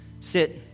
sit